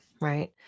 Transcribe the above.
right